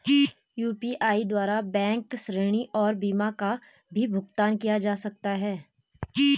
UPI द्वारा bank ऋण और बीमा का भी भुगतान किया जा सकता है?